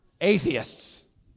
Atheists